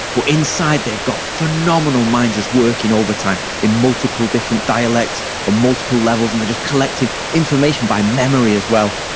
but inside they've got phenomenal minds just working overtime in multiple different dialects on multiple levels and they're just collecting information by memory, as well.